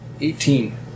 Eighteen